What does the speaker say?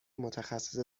متخصص